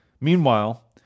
Meanwhile